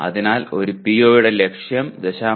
അതിനാൽ ഒരു പിഒയുടെ ലക്ഷ്യം 0